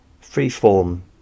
free-form